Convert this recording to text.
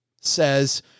says